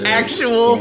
actual